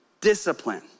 discipline